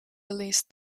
released